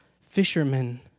fishermen